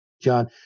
John